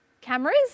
cameras